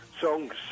songs